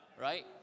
right